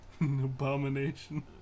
abomination